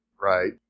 Right